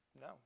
no